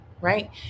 right